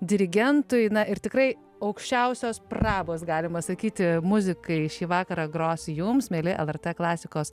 dirigentui na ir tikrai aukščiausios prabos galima sakyti muzikai šį vakarą gros jums mieli lrt klasikos